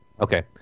Okay